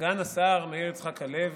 סגן השר מאיר יצחק הלוי,